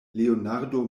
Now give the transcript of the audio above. leonardo